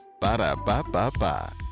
Ba-da-ba-ba-ba